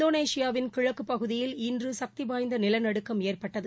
இந்தோனேஷியாவின் கிழக்குப் பகுதியில் இன்றுசக்திவாய்ந்தநிலநடுக்கம் ஏற்பட்டது